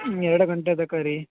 ಎರಡು ಗಂಟೆ ತನಕಾ ರೀ